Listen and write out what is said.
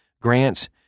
grants